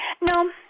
No